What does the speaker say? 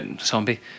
zombie